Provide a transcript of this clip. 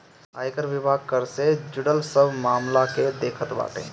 आयकर विभाग कर से जुड़ल सब मामला के देखत बाटे